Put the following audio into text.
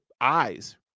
eyes